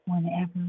whenever